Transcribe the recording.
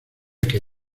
qué